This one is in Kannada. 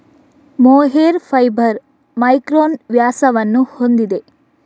ಮೊಹೇರ್ ಫೈಬರ್ ಮೈಕ್ರಾನ್ ವ್ಯಾಸವನ್ನು ಹೊಂದಿದೆ